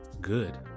good